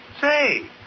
Say